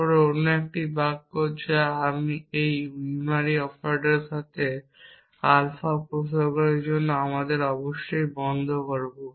তারপর অন্য একটি বাক্য যা আমি এই বা ইউনারি অপারেটরের সাথে আলফা উপসর্গের জন্য আমরা অবশ্যই বন্ধ করব